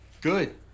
Good